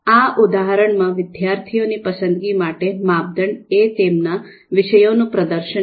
આ ઉદાહરણમાં વિદ્યાર્થીઓની પસંદગી માટેના માપદંડ એ તેમના વિષયોનું પ્રદર્શન છે